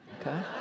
okay